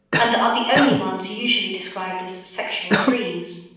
and are the only ones usually described as sexual dreams.